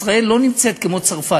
ישראל לא נמצאת במקום של צרפת,